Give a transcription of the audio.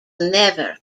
never